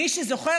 מי שזוכר,